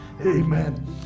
Amen